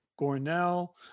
gornell